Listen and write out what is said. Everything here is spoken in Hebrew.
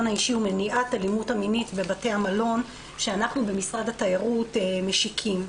האישי ולמניעת אלימות מינית בבתי המלון שאנחנו במשרד התיירות משיקים.